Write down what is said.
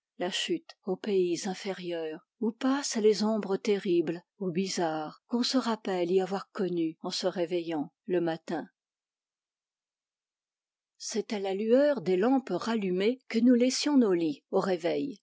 la chute aux pays inférieurs où passent les ombres terribles ou bizarres qu'on se rappelle y avoir connues en se réveillant le matin c'est à la lueur des lampes rallumées que nous laissions nos lits au réveil